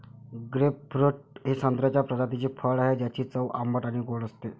grapefruit हे संत्र्याच्या प्रजातीचे फळ आहे, ज्याची चव आंबट आणि गोड असते